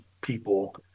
people